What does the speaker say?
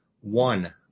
One